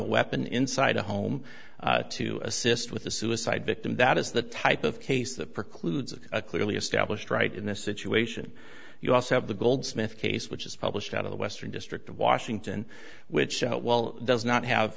a weapon inside a home to assist with the suicide victim that is the type of case that precludes a clearly established right in this situation you also have the goldsmith case which is published out of the western district of washington which while does not have